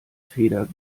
feder